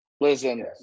Listen